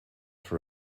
for